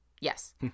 Yes